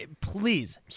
Please